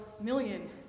million